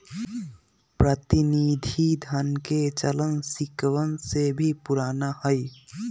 प्रतिनिधि धन के चलन सिक्कवन से भी पुराना हई